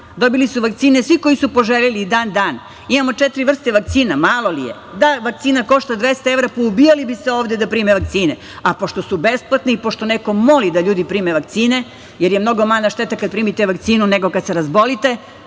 Dobili su vakcine svi koji su poželeli i dan danas. Imamo četiri vrste vakcina, malo li je. Da vakcina košta 200 evra, poubijali bi se ovde da prime vakcine, a pošto su besplatne i pošto neko moli da primi vakcine, jer je mnogo manja šteta kad primite vakcinu nego kada se razbolite,